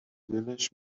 دلش